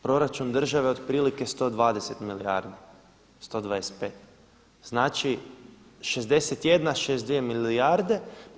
Proračun države otprilike 120 milijardi, 125, znači 61, 62 milijarde.